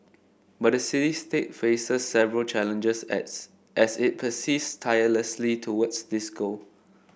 but the city state faces several challenges as as it persists tirelessly towards this goal